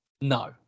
no